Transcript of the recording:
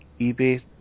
eBay